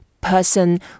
person